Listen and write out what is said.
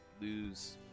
lose